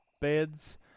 beds